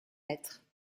lettres